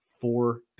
four